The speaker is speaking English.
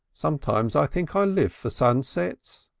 sometimes i think i live for sunsets.